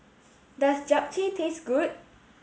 does Japchae taste good